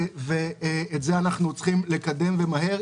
ואת זה אנחנו צריכים לקדם, ומהר.